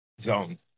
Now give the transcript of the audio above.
zone